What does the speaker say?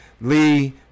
Lee